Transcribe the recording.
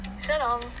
Shalom